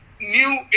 new